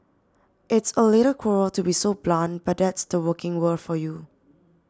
it's a little cruel to be so blunt but that's the working world for you